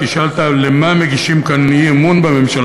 כי שאלת למה מגישים כאן אי-אמון בממשלה,